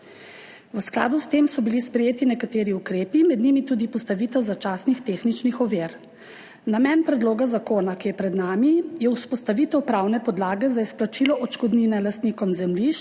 V skladu s tem so bili sprejeti nekateri ukrepi, med njimi tudi postavitev začasnih tehničnih ovir. Namen predloga zakona, ki je pred nami, je vzpostavitev pravne podlage za izplačilo odškodnine lastnikom zemljišč